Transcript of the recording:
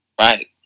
right